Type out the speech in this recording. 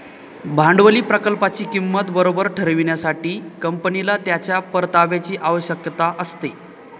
भांडवली प्रकल्पाची किंमत बरोबर ठरविण्यासाठी, कंपनीला त्याच्या परताव्याची आवश्यकता असते